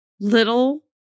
little